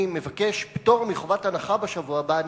אני מבקש פטור מחובת הנחה בשבוע הבא.